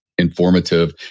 informative